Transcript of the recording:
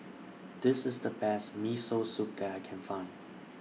This IS The Best Miso Soup that I Can Find